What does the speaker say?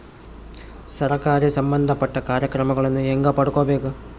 ಸರಕಾರಿ ಸಂಬಂಧಪಟ್ಟ ಕಾರ್ಯಕ್ರಮಗಳನ್ನು ಹೆಂಗ ಪಡ್ಕೊಬೇಕು?